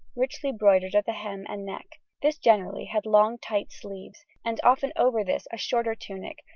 richly bordered at the hem and neck. this generally had long tight sleeves, and often over this a shorter tunic,